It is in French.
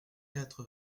quatre